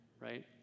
right